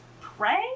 pray